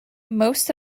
most